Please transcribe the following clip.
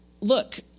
look